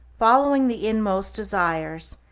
following the inmost desires,